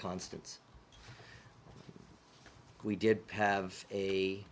constants we did have a